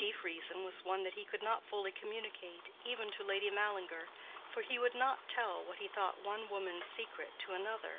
the chief reason was one that he could not fully communicate, even to lady mallinger for he would not tell what he thought one woman's secret to another,